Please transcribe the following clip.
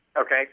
Okay